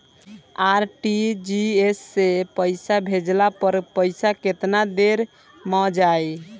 RTGS से पईसा भेजला पर पईसा केतना देर म जाई?